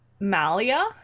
Malia